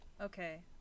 Okay